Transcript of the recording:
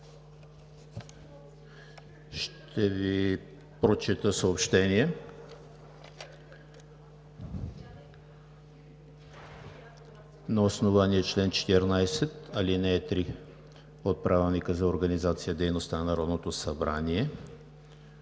Ще Ви прочета съобщение: На основание чл. 14, ал. 3 от Правилника за организацията и дейността на Народното събрание